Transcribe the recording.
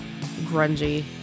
grungy